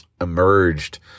emerged